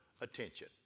attention